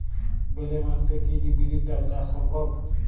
বেলে মাটিতে কি বিরির ডাল চাষ সম্ভব?